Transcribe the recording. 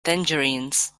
tangerines